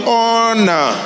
honor